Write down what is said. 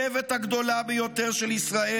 האויבת הגדולה ביותר של --- ישראל,